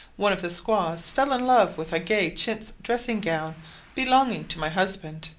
one of the squaws fell in love with a gay chintz dressing-gown belonging to my husband,